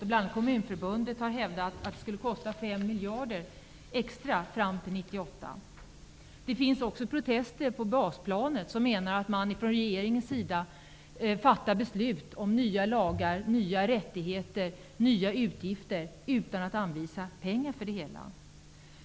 Bl.a. Kommunförbundet har hävdat att det skulle kosta 5 miljarder extra fram till 1998. Det förekommer också protester på basplanet mot att regeringen fattar beslut om nya lagar, nya rättigheter och nya utgifter utan att anvisa pengar för det hela.